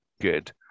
good